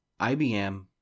IBM